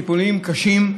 טיפולים קשים,